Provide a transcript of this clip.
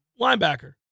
linebacker